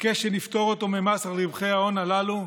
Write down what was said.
ביקש שנפטור אותו ממס על רווחי ההון הללו.